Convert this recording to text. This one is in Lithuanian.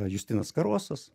justinas karosas